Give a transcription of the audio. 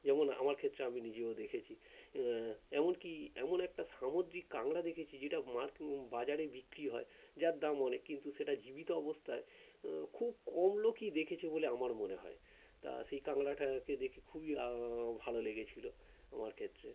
যেমন আমার ক্ষেত্রে আমি নিজেও দেখেছি এমন কি এমন একটা সামদ্রিক কাঁকড়া দেখেছি যেটা মার বাজারে বিক্রি হয় যার দাম অনেক কিন্তু সেটা জীবিত অবস্থায় খুব কম লোকই দেখেছে বলে আমার মনে হয় তা সেই কাঁকড়াটাকে দেখে খুবই ভালো লেগেছিলো আমার ক্ষেত্রে